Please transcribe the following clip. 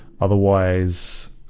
otherwise